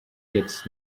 gets